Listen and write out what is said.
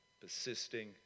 persisting